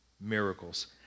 miracles